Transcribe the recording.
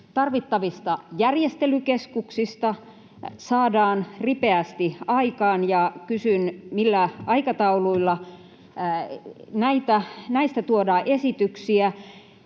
tarvittavista järjestelykeskuksista saadaan ripeästi aikaan. Kysyn: millä aikatauluilla näistä tuodaan esityksiä?